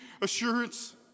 assurance